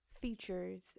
features